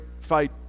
fight